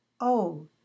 Oh